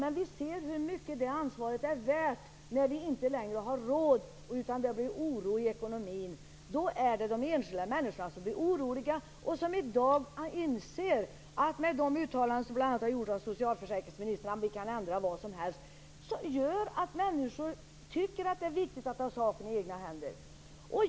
Men vi ser hur mycket det ansvaret är värt när vi inte längre har råd och det bli oro i ekonomin. Då blir de enskilda människorna oroliga, och efter bl.a. de uttalanden som socialförsäkringsministern har gjort om att vi kan ändra vad som helst tycker människor att det är viktigt att ta saken i egna händer.